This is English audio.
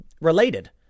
related